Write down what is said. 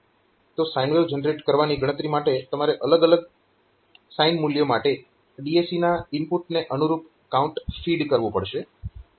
તો sine wave generate કરવાની ગણતરી માટે તમારે અલગ અલગ સાઈન મૂલ્ય માટે DAC ના ઇનપુટને અનુરૂપ કાઉન્ટ ફીડ કરવું પડશે